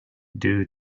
due